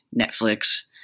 Netflix